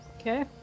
Okay